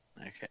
Okay